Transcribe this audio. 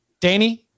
Danny